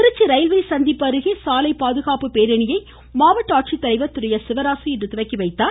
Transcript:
Trichy railway சந்திப்பு அருகே சாலை பாதுகாப்பு பேரணியை மாவட்ட ஆட்சித்தலைவர் திரு சிவராசு இன்று துவக்கி வைத்தார்